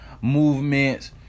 movements